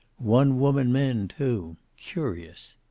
one-woman men, too. curious!